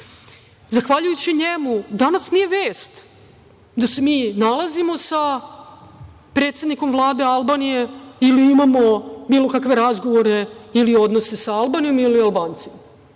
zahvaljujući njemu danas nije vest da se mi nalazimo sa predsednikom Vlade Albanije ili imamo bilo kakve razgovore ili odnose sa Albanijom ili Albancima,